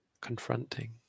confronting